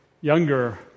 younger